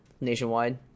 nationwide